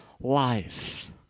life